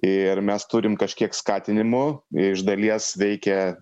ir mes turim kažkiek skatinimų iš dalies veikia